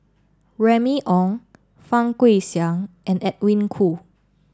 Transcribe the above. Remy Ong Fang Guixiang and Edwin Koo